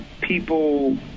people –